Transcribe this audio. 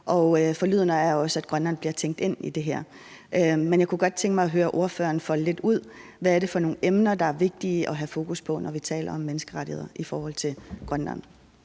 det forlyder også, at Grønland bliver tænkt ind i det her. Men jeg kunne godt tænke mig at høre ordføreren folde lidt ud, hvad det er for nogle emner, der er vigtige at have fokus på, når vi taler om menneskerettigheder i forhold til Grønland.